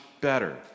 better